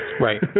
Right